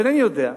אינני יודע.